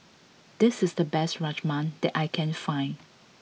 this is the best Rajma that I can find